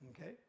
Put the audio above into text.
okay